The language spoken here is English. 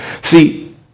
See